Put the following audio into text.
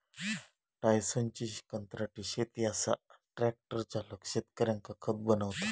टायसनची कंत्राटी शेती असा ट्रॅक्टर चालक शेतकऱ्यांका खत बनवता